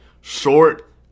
short